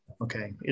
Okay